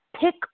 pick